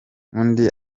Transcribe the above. undi